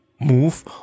move